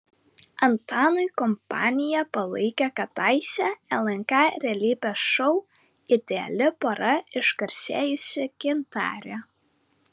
antanui kompaniją palaikė kadaise lnk realybės šou ideali pora išgarsėjusi gintarė